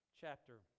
chapter